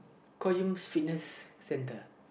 Fitness Centre